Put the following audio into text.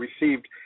received